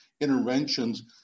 interventions